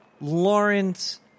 Lawrence